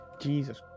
Jesus